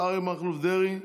חבר הכנסת אריה מכלוף דרעי,